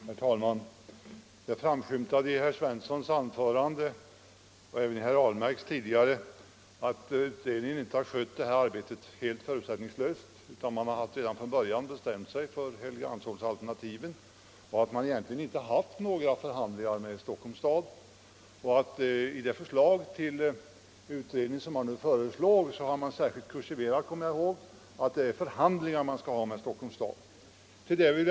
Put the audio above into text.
Herr talman! Det framskymtade i herr Svenssons i Eskilstuna anförande och även i herr Ahlmarks inlägg tidigare att utredningen inte skulle ha arbetat helt förutsättningslöst utan redan från början bestämt sig för Helgeandsholmsalternativet och att man egentligen inte haft några förhandlingar med Stockholms kommun. I det förslag till en särskild beredning som föreligger har särskilt betonats att det är förhandlingar man skall ha med Stockholms kommun; ordet förhandla har kursiverats i utskottets betänkande.